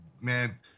man